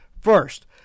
First